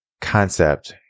concept